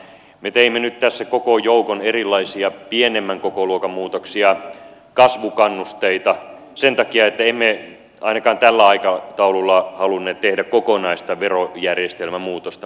me teimme nyt tässä koko joukon erilaisia pienemmän kokoluokan muutoksia kasvukannusteita sen takia että emme ainakaan tällä aikataululla halunneet tehdä kokonaista verojärjestelmämuutosta